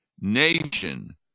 Nation